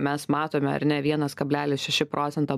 mes matome ar ne vienas kablelis šeši procento